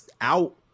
out